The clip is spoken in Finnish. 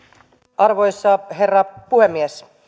arvoisa herra puhemies